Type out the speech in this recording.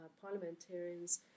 parliamentarians